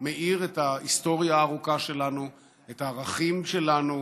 שמאיר את ההיסטוריה הארוכה שלנו, את הערכים שלנו,